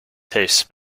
tastes